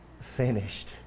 finished